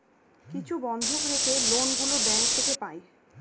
কিছু বন্ধক রেখে লোন গুলো ব্যাঙ্ক থেকে পাই